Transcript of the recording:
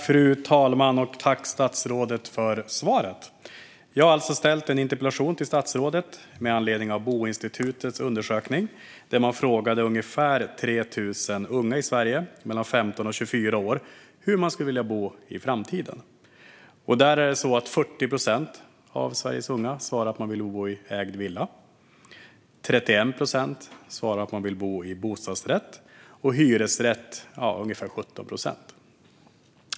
Fru talman! Tack, statsrådet, för svaret! Jag har alltså ställt en interpellation till statsrådet med anledning av Boinstitutets undersökning, där man frågade ungefär 3 000 unga mellan 15 och 24 år i Sverige hur de skulle vilja bo i framtiden. 40 procent av Sveriges unga svarade att de ville bo i ägd villa, 31 procent svarade att de ville bo i bostadsrätt och ungefär 17 procent svarade att de ville bo i hyresrätt.